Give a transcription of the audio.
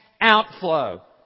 outflow